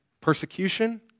persecution